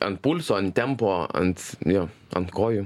ant pulso ant tempo ant jo ant kojų